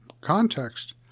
context